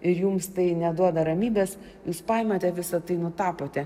ir jums tai neduoda ramybės jūs paimate visa tai nutapote